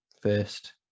first